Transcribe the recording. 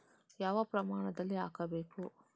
ಯಾವ ಪ್ರಮಾಣದಲ್ಲಿ ಹಾಕಬೇಕು?